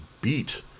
beat